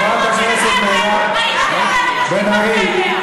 חברת הכנסת מירב בן ארי,